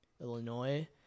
Illinois